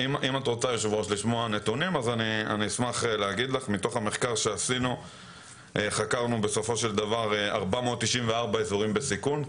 אני אשמח לשתף אותך בנתונים: בסופו של דבר חקרנו 494 אזורים בסיכון,